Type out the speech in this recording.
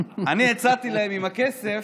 אני הצעתי להם, עם הכסף,